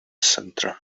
center